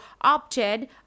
opted